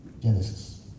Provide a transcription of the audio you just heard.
Genesis